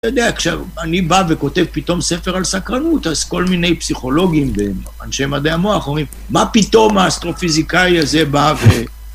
אתה יודע, כשאני בא וכותב פתאום ספר על סקרנות, אז כל מיני פסיכולוגים ואנשי מדעי המוח אומרים, מה פתאום האסטרופיזיקאי הזה בא ו...